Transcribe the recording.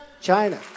China